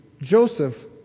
Joseph